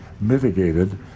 mitigated